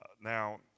Now